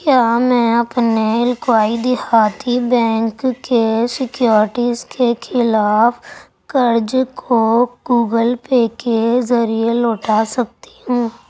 کیا میں اپنے علقائی دہاتی بینک کے سیکیورٹیز کے خلاف قرض کو گوگل پے کے ذریعہ لوٹا سکتی ہوں